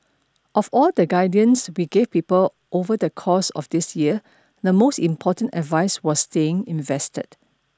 of all the guidance we gave people over the course of this year the most important advice was staying invested